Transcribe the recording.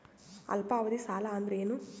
ಅಲ್ಪಾವಧಿ ಸಾಲ ಅಂದ್ರ ಏನು?